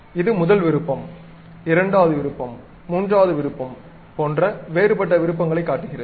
இது முதல் விருப்பம் இரண்டாவது விருப்பம் மூன்றாவது விருப்பம் போன்ற வேறுபட்ட விருப்பங்களைக் காட்டுகிறது